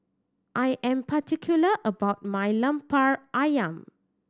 I am particular about my Lemper Ayam